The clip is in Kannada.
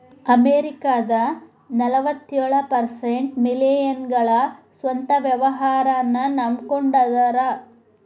ಅಮೆರಿಕದ ನಲವತ್ಯೊಳ ಪರ್ಸೆಂಟ್ ಮಿಲೇನಿಯಲ್ಗಳ ಸ್ವಂತ ವ್ಯವಹಾರನ್ನ ನಂಬಕೊಂಡ ಅದಾರ